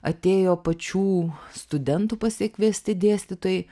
atėjo pačių studentų pasikviesti dėstytojai